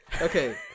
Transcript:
Okay